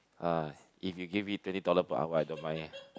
uh if you give me twenty dollars per hour I don't mind ah